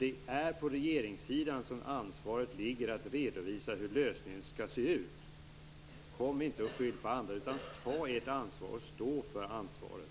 Det är på regeringssidan ansvaret ligger att redovisa hur lösningen skall se ut. Kom inte och skyll på andra, utan ta ert ansvar och stå för ansvaret!